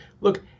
look